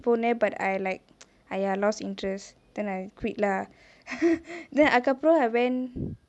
போனே:ponae but I like !aiya! lost interest then I quit lah then அதுக்கு அப்ரோ:athuku apro I went